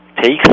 takes